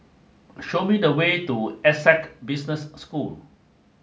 show me the way to Essec Business School